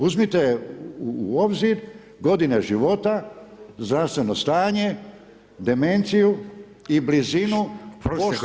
Uzmite u obzir godine život, zdravstveno stanje, demenciju i blizinu